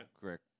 Correct